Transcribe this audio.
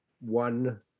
one